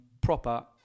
proper